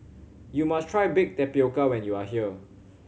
you must try bake tapioca when you are here